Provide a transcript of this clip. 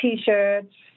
T-shirts